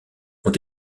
ont